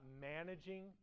managing